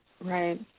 right